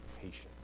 patient